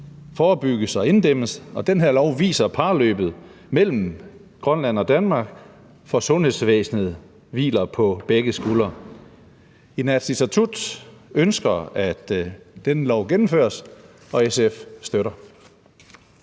forebygges og inddæmmes, og det her lovforslag viser parløbet mellem Grønland og Danmark, for sundhedsvæsenet hviler på begge skuldre. Inatsisartut ønsker, at dette lovforslag vedtages, og SF støtter